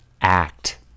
act